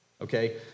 Okay